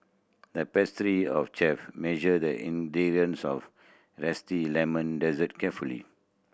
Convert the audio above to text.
the pastry of chef measured the zesty lemon dessert carefully